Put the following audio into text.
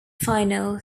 final